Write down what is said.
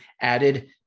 added